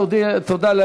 תודה,